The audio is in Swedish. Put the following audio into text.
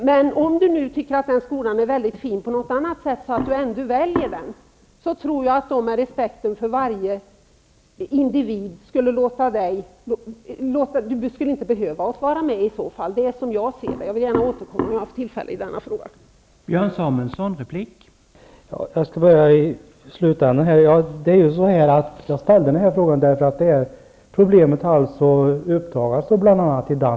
Men om man tycker att en sådan skola är väldigt fin på något annat sätt så att man ändå väljer den, så tror jag att man kan låta bli att delta i bön -- jag tror att varje individ respekteras där. Det är så jag ser det, och jag vill gärna återkomma till detta vid något tillfälle.